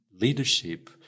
leadership